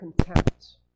contempt